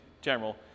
general